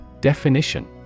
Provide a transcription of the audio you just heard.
Definition